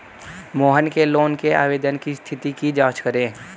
मोहन के लोन के आवेदन की स्थिति की जाँच करें